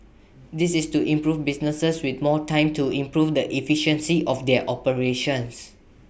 this is to improve businesses with more time to improve the efficiency of their operations